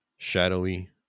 shadowy